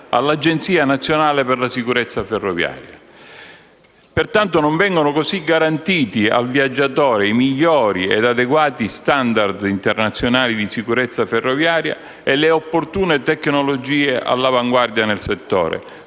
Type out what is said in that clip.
all'Agenzia nazionale per la sicurezza delle ferrovie (ANSF). Pertanto non vengono garantiti al viaggiatore i migliori ed adeguati *standard* internazionali di sicurezza ferroviaria e le opportune tecnologie all'avanguardia nel settore.